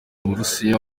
uburusiya